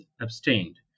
abstained